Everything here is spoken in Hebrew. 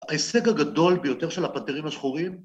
ההישג הגדול ביותר של הפנתרים השחורים